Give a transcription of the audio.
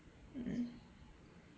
mm